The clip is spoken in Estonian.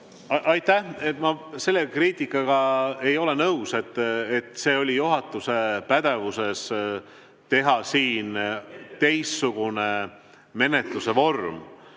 Aitäh! Ma selle kriitikaga ei ole nõus, et juhatuse pädevuses oli teha siin teistsugune menetluse vorm.